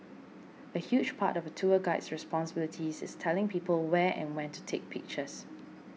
a huge part of a tour guide's responsibilities is telling people where and when to take pictures